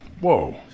Whoa